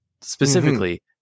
specifically